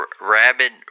rabid